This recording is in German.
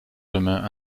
germain